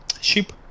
ship